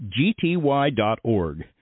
gty.org